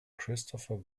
christopher